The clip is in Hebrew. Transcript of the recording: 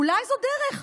אולי זו דרך,